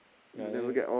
ya then